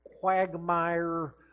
quagmire